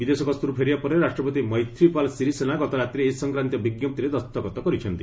ବିଦେଶ ଗସ୍ତରୁ ଫେରିବା ପରେ ରାଷ୍ଟ୍ରପତି ମେିଥ୍ରୀପାଲ ଶିରିସେନା ଗତ ରାତିରେ ଏ ସଂକ୍ରାନ୍ତୀୟ ବିଜ୍ଞପ୍ତିରେ ଦସ୍ତଖତ କରିଛନ୍ତି